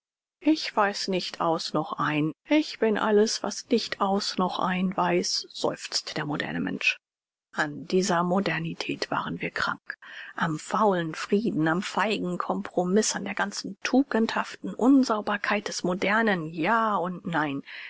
ich weiß nicht aus noch ein ich bin alles was nicht aus noch ein weiß seufzt der moderne mensch an dieser modernität waren wir krank am faulen frieden am feigen compromiß an der ganzen tugendhaften unsauberkeit des modernen ja und nein